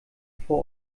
vor